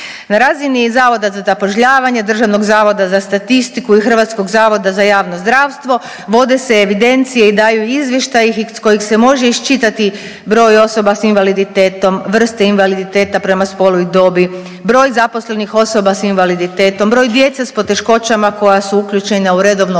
Na razini zavoda za zapošljavanje, Državnog zavoda za statistiku i Hrvatskog zavoda za javno zdravstvo vode se evidencije i daju izvještaji iz kojih se može iščitati broj osoba s invaliditetom, vrste invaliditeta prema spolu i dobu, broj zaposlenih osoba s invaliditetom, broj djece s poteškoćama koja su uključena u redovno obrazovanje